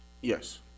Yes